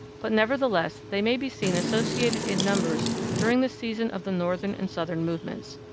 but, nevertheless, they may be seen associated in numbers during the season of the northern and southern movements.